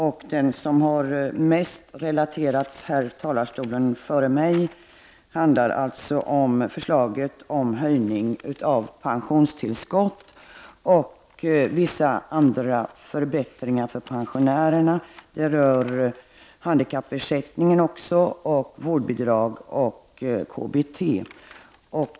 I den som mest har berörts före mig från denna talarstol föreslås höjning av pensionstillskott och vissa andra förbättringar för pensionärerna beträffande handikappersättning, vårdbidrag och KBT.